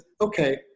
okay